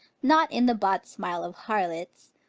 not in the bought smile of harlots,